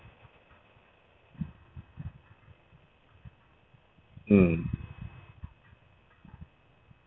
mm